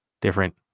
different